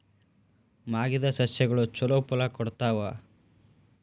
ಮಾಗಿದ್ ಸಸ್ಯಗಳು ಛಲೋ ಫಲ ಕೊಡ್ತಾವಾ?